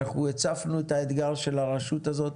הצפנו את האתגר של הרשות הזאת,